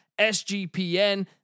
SGPN